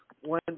one